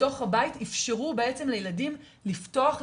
בתוך הבית איפשרו בעצם לילדים לפתוח,